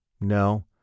No